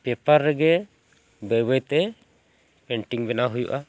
paper ᱨᱮᱜᱮ ᱵᱟᱹᱭ ᱵᱟᱹᱭᱛᱮ ᱯᱮᱱᱴᱤᱝ ᱵᱮᱱᱟᱣ ᱦᱩᱭᱩᱜᱼᱟ